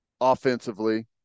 offensively